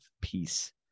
peace